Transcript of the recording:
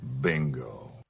Bingo